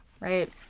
right